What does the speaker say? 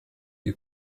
you